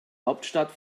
hauptstadt